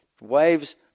Waves